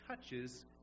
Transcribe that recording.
touches